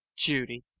judy